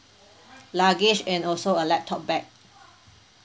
luggage and also a laptop bag